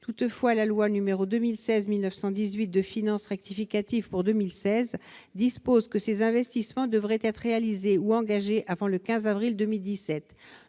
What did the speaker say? Toutefois, la loi n° 2016-1918 de finances rectificative pour 2016 dispose que ces investissements devaient être réalisés ou engagés avant le 15 avril 2017.